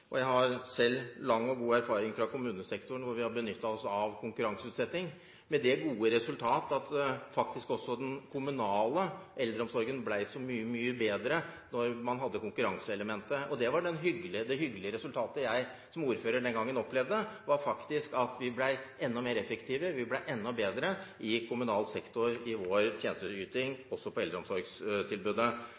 eldreomsorg. Jeg har selv lang og god erfaring fra kommunesektoren, hvor vi har benyttet oss av konkurranseutsetting, med det gode resultat at faktisk også den kommunale eldreomsorgen ble mye bedre da vi hadde konkurranseelementet. Det hyggelige resultatet jeg som ordfører den gangen opplevde, var faktisk at vi ble enda mer effektive, vi ble enda bedre i kommunal sektor i vår tjenesteyting, også når det gjaldt eldreomsorgstilbudet.